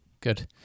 good